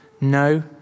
No